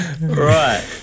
Right